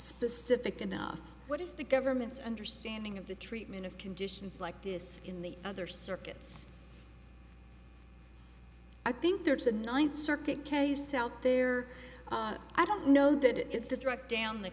specific enough what is the government's understanding of the treatment of conditions like this in the other circuits i think there's a ninth circuit case out there i don't know that it's a direct down the